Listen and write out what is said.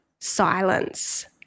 silence